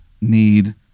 need